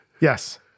yes